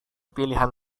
pilihan